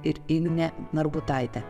ir ignė narbutaitė